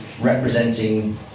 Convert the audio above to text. representing